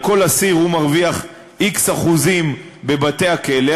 כל אסיר הוא מרוויח x אחוזים בבתי-הכלא,